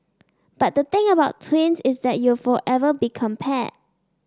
but the thing about twins is that you'll forever be compared